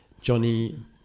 Johnny